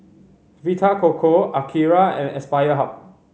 Vita Coco Akira and Aspire Hub